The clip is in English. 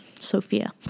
Sophia